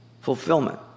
fulfillment